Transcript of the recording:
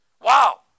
wow